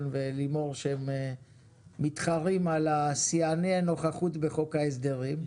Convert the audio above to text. ולימור שהם מתחרים על שיאני הנוכחות בחוק ההסדרים.